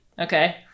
okay